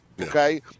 okay